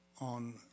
on